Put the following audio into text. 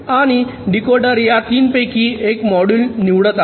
आणि डीकोडर या 3 पैकी एक मॉड्यूल निवडत आहे